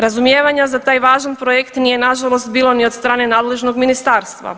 Razumijevanja za taj važan projekt nije nažalost bilo ni od strane nadležnog ministarstva.